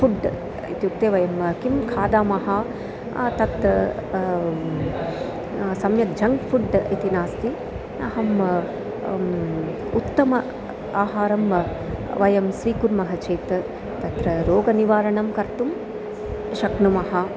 food इत्युक्ते वयं किं खादामः तत् सम्यक् झङ्क् फ़ुड् इति नास्ति अहम् उत्तमम् आहारं वयं स्वीकुर्मः चेत् तत्र रोगनिवारणं कर्तुं शक्नुमः